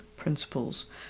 principles